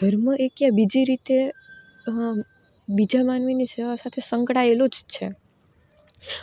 ધર્મ એક યા બીજી રીતે બીજા માનવીની સેવા સાથે સંકળાયેલું જ છે